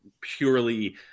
purely